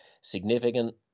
significant